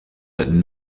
that